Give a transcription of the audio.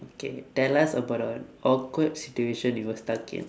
okay tell us about a awkward situation you were stuck in